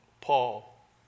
Paul